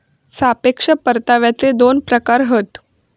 सापेक्ष परताव्याचे दोन प्रकार हत